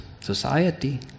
society